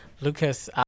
Lucas